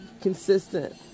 consistent